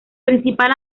principal